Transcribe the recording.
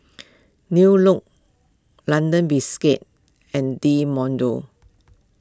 New Look London Biscuits and Del Monte